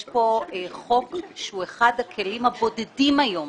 יש כאן חוק שהוא אחד הכלים הבודדים היום